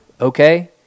okay